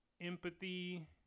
empathy